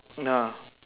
ya